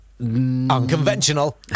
Unconventional